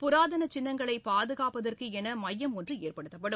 புராதன சின்னங்களை பாதுகாப்பதற்கென எமயம் ஒன்று ஏற்படுத்தப்படும்